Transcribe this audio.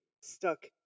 stuck